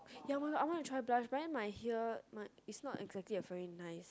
ya want I wanna try brush but then my here my it's not exactly a very nice